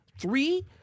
Three